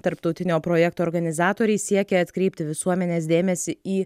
tarptautinio projekto organizatoriai siekia atkreipti visuomenės dėmesį į